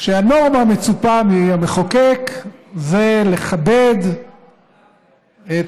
כשהנורמה המצופה מהמחוקק זה לכבד את